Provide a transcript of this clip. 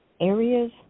areas